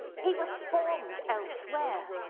he was formed elsewhere.